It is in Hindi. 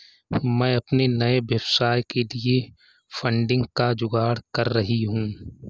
मैं अपने नए व्यवसाय के लिए फंडिंग का जुगाड़ कर रही हूं